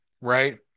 Right